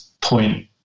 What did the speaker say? point